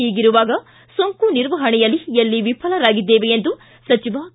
ಹೀಗಿರುವಾಗ ಸೋಂಕು ನಿರ್ವಹಣೆಯಲ್ಲಿ ಎಲ್ಲಿ ವಿಫಲರಾಗಿದ್ದೇವೆ ಎಂದು ಸಚಿವ ಕೆ